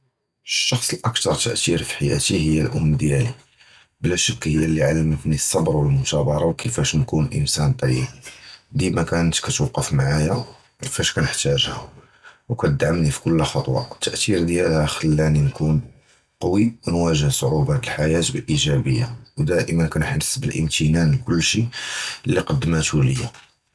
אֶל-שַּׁחְסּ אֶל-אַכְּתַּר תַּאְתִיר פִי חַיַּאתִי הִיָּא אֶל-אֻם דִיָּאלִי, בְּלָא שַׁכּ, הִיָּא לִיּ עָלְמָתְנִי אֶל-צְבְּר וְאֶל-מֻתַאבַּרָה וְכִיפַּאש נְקוּן אֶנְסָאן טַּיִיב. דִימָא כַּנָּת כַּתּוּפְקְ עִמָּא פִיּש כַּנֶּצְתַּחְתְּגָּה, וְכַתְּדַעְמְנִי פִי כֻּלּ עַקְדָה. אֶל-תַּאְתִיר דִיָּאלְהָ כְלָּנִי נְקוּן קְוִוי וְנֻוַאגֵה סֻעּוּבָּאת אֶל-חַיָּاة בְּאִיגְ'אבִּיַה, וְדִימָא כַנִּתְחַסּ בְּאֶל-אִימְתִּנָּאן לְכֻּלּשִי לִיּ קֻדְּמָתְהוּ לִיָּא.